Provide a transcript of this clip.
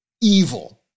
evil